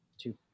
two